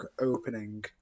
opening